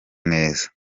neza